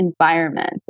environment